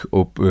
op